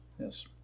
yes